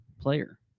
player